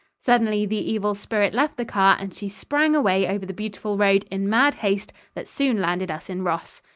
suddenly the evil spirit left the car and she sprang away over the beautiful road in mad haste that soon landed us in ross.